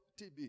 TB